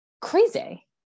crazy